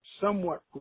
somewhat